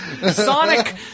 Sonic